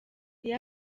iyo